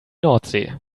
nordsee